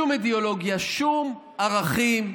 שום אידיאולוגיה, שום ערכים,